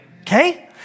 Okay